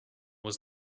was